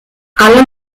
alle